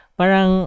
parang